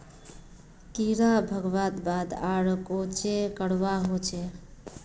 कीड़ा भगवार बाद आर कोहचे करवा होचए?